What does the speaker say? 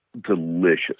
delicious